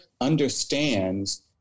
understands